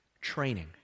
training